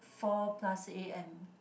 four plus a_m